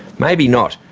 maybe not,